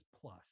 plus